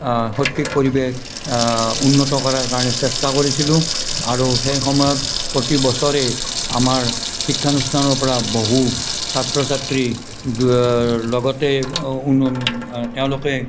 শৈক্ষিক পৰিৱেশ উন্নত কৰাৰ কাৰণে চেষ্টা কৰিছিলোঁ আৰু সেই সময়ত প্ৰতিবছৰে আমাৰ শিক্ষানুষ্ঠানৰ পৰা বহু ছাত্ৰ ছাত্ৰী লগতে তেওঁলোকে